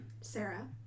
Sarah